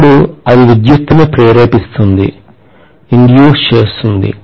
అప్పుడు అది విద్యుత్తును ప్రేరేపిస్తుంది